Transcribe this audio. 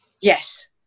Yes